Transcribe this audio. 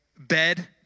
bed